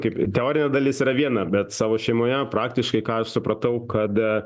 kaip teorinė dalis yra viena bet savo šeimoje praktiškai ką aš supratau kad